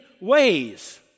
ways